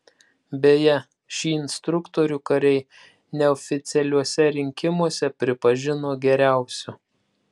beje šį instruktorių kariai neoficialiuose rinkimuose pripažino geriausiu